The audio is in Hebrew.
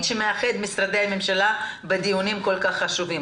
שמאחד משרדי ממשלה בדיונים כל כך חשובים.